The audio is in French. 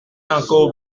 encore